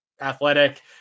athletic